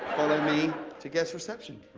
follow me to guest reception.